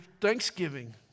Thanksgiving